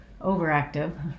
overactive